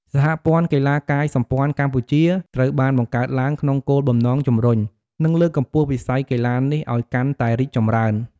សហព័ន្ធកីឡាកាយសម្ព័ន្ធកម្ពុជា ត្រូវបានបង្កើតឡើងក្នុងគោលបំណងជំរុញ និងលើកកម្ពស់វិស័យកីឡានេះឱ្យកាន់តែរីកចម្រើន។